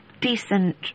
decent